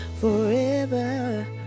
Forever